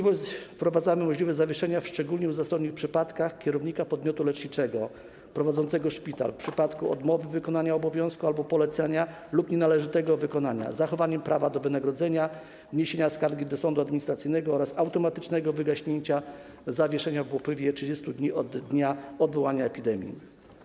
Wprowadzamy możliwość zawieszenia, w szczególnie uzasadnionych przypadkach, kierownika podmiotu leczniczego prowadzącego szpital w przypadku odmowy wykonania obowiązku albo polecenia lub nienależytego wykonania, z zachowaniem prawa do wynagrodzenia, wniesienia skargi do sądu administracyjnego oraz automatycznego wygaśnięcia zawieszenia po upływie 30 dni od dnia odwołania epidemii.